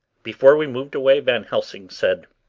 before we moved away van helsing said